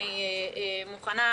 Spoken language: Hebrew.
אני מוכנה,